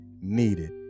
needed